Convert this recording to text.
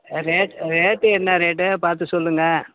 rate rate என்ன rate பார்த்து சொல்லுங்கள்